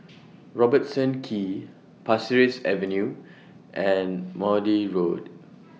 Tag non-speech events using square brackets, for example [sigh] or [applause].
[noise] Robertson Quay Pasir Ris Avenue and Maude Road [noise]